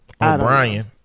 O'Brien